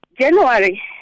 January